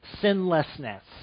sinlessness